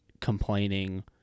complaining